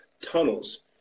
tunnels